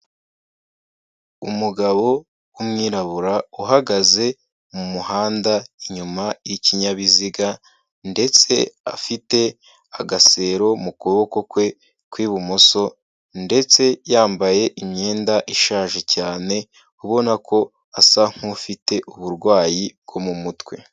Umugabo w'umwirabura uhagaze mu muhanda inyuma y'ikinyabiziga ndetse afite agasero mu kuboko kwe kw'ibumoso ndetse yambaye imyenda ishaje cyane ubona ko asa nkufite uburwayi bwo mu mutwe.